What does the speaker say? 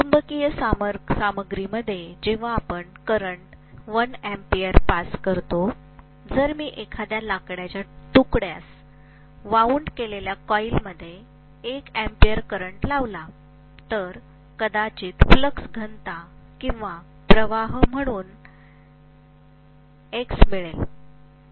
चुंबकीय सामग्रीमध्ये जेव्हा आपण करंट 1 A पास करतो जर मी एखाद्या लाकडाच्या तुकड्यास वाउनड केलेल्या कोईलमध्ये 1 A करंट लावला तर कदाचित फ्लक्स घनता किंवा प्रवाह म्हणून X मिळेल